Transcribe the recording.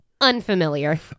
Unfamiliar